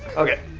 okay.